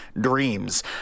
dreams